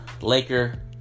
Laker –